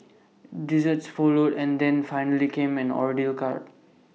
desserts followed and then finally came an ordeal cart